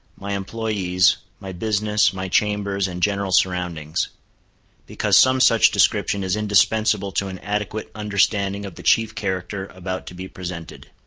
my employees, my business, my chambers, and general surroundings because some such description is indispensable to an adequate understanding of the chief character about to be presented.